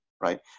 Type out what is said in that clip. right